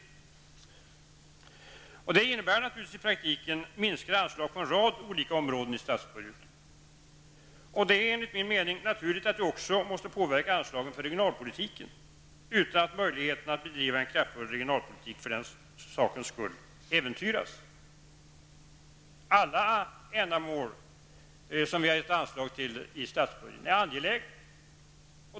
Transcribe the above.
Det innebär naturligtvis i praktiken minskade anslag på en rad olika områden i statsbudgeten. Det är enligt min mening naturligt att det också måste påverka anslagen för regionalpolitiken, utan att möjligheterna att bedriva en kraftfull regionalpolitik för den sakens skull äventyras. Alla ändamål som vi gett anslag till i statsbudgeten är angelägna.